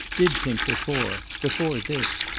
did think before. before this.